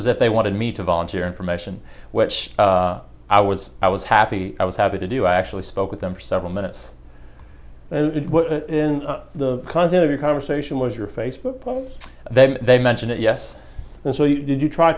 as if they wanted me to volunteer information which i was i was happy i was happy to do i actually spoke with them for several minutes in the content of your conversation was your facebook post then they mention it yes so you did you tr